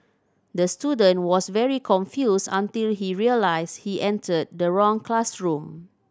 the student was very confused until he realised he entered the wrong classroom